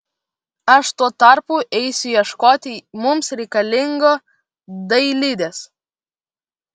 aš tuo tarpu eisiu ieškoti mums reikalingo dailidės